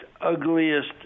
ugliest